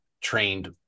trained